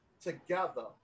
together